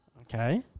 Okay